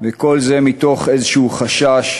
וכל זה מתוך איזשהו חשש,